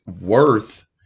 worth